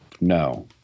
No